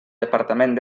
departament